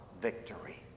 victory